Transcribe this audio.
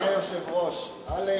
אדוני היושב-ראש, א.